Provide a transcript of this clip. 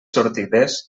sortides